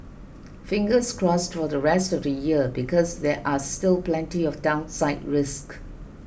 fingers crossed for the rest of the year because there are still plenty of downside risk